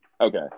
Okay